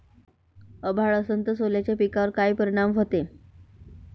अभाळ असन तं सोल्याच्या पिकावर काय परिनाम व्हते?